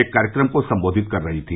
एक कार्यक्रम को सम्बोधित कर रहीं थीं